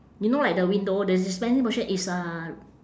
you know at the window the dispensing portion is uh